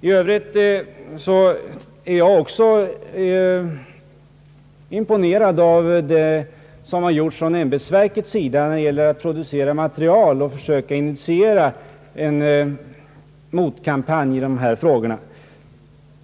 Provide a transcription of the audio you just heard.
I övrigt är jag också imponerad av det som gjorts från ämbetsverkets sida när det gäller att producera material och försöka initiera en motkampanj i dessa frågor.